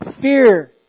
fear